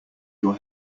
your